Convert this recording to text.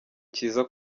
cyiza